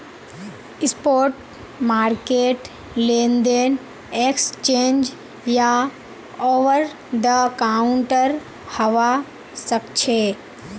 spot market लेनदेन exchange या over the counter हवा सक्छे